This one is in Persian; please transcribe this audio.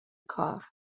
کار